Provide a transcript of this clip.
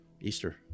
Easter